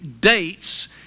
dates